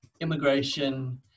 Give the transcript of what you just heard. immigration